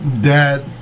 Dad